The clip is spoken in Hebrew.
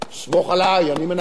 סמוך עלי, אני מנהל.